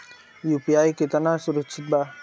UPI कितना सुरक्षित बा?